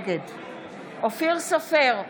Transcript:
נגד אופיר סופר,